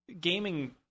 gaming